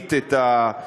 להמעיט את העימותים,